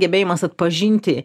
gebėjimas atpažinti